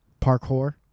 Parkour